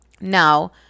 Now